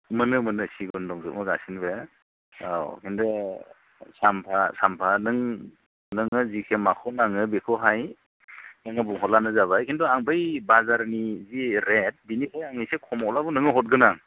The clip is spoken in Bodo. मोनो मोनो सिगुन दंजोबो गासैनिबो औ किन्थु साम्फा नों नोङो जिखिजाया माखौ नांगौ बेखौहाय नोङो बुंहरब्लानो जाबाय खिन्थु आङो बै बाजारनि जि रेट बेनिफ्राय आङो एसे खमावब्लाबो नोंनो हरगोन आं